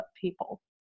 people